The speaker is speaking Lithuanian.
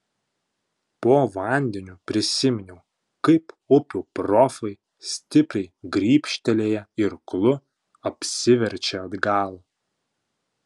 po vandeniu prisiminiau kaip upių profai stipriai grybštelėję irklu apsiverčia atgal